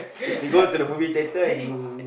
you go to the movie theater and you